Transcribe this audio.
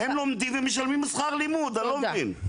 הם לומדים ומשלמים שכר לימוד, אני לא מבין.